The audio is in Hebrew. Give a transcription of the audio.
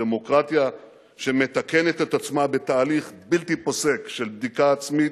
דמוקרטיה שמתקנת את עצמה בתהליך בלתי פוסק של בדיקה עצמית,